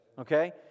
Okay